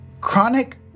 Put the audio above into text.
Chronic